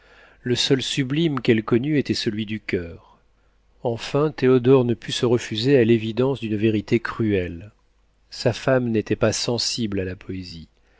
le seul sublime qu'elle connût était celui du coeur enfin théodore ne put se refuser à l'évidence d'une vérité cruelle sa femme n'était pas sensible à la poésie